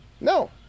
No